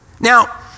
Now